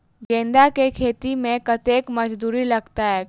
गेंदा केँ खेती मे कतेक मजदूरी लगतैक?